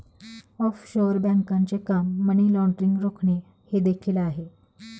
offshore बँकांचे काम money laundering रोखणे हे देखील आहे